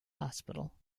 hospital